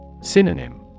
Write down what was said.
Synonym